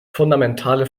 fundamentale